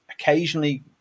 Occasionally